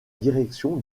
direction